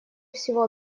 всего